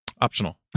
Optional